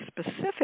specific